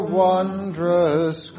wondrous